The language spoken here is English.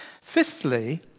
Fifthly